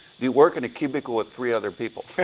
do you work in a cubicle with three other people? yeah